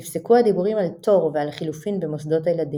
נפסקו הדיבורים על תור ועל חילופין במוסדות-הילדים.